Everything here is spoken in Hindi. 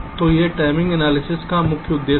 तो यह टाइमिंग एनालिसिस का मुख्य उद्देश्य है